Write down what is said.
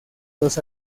los